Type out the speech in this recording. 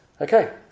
Okay